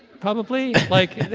probably. like,